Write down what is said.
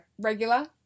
Regular